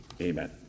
Amen